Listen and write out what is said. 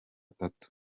tatu